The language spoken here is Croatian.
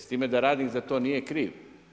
S time da radnik za to nije kriv.